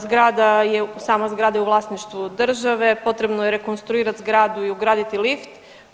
Zgrada je, sama zgrada je u vlasništvu države, potrebno je rekonstruirati zgradu i ugraditi lift.